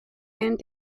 and